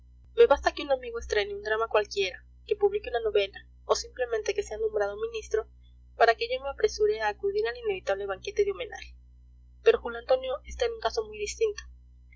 me basta que un amigo estrene un drama cualquiera que publique una novela o simplemente que sea nombrado ministro para que yo me apresure a acudir al inevitable banquete de homenaje pero julio antonio está en un caso muy distinto